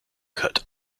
cut